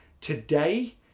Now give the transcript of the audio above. today